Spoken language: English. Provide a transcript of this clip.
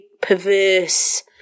perverse